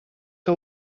que